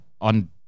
on